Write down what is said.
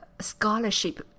scholarship